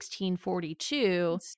1642